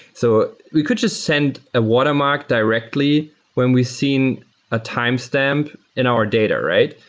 so we could just send a watermark directly when we've seen a timestamp in our data, right?